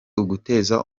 uguteza